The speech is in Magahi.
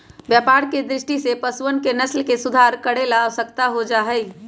व्यापार के दृष्टि से पशुअन के नस्ल के सुधार करे ला आवश्यक हो जाहई